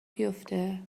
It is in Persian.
بیفته